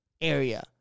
area